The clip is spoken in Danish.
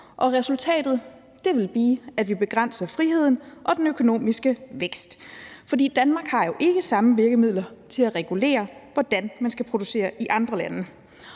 resultatet vil blive, at vi begrænser friheden og den økonomiske vækst. For Danmark har jo ikke de samme virkemidler til at regulere, hvordan man skal producere i andre lande,